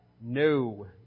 No